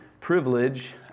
privilege